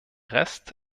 rest